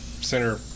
center